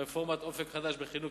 רפורמת "אופק חדש" בחינוך,